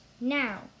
now